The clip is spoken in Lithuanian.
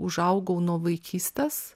užaugau nuo vaikystės